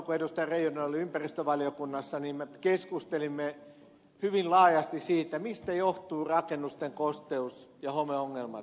reijonen oli ympäristövaliokunnassa niin me keskustelimme hyvin laajasti siitä mistä johtuvat rakennusten kosteus ja homeongelmat